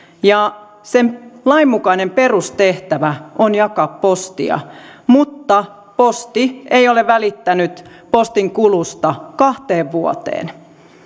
ja sen lainmukainen perustehtävä on jakaa postia mutta posti ei ole välittänyt postinkulusta kahteen vuoteen